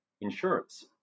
insurance